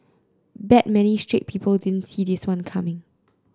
bet many straight people didn't see this one coming